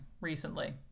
recently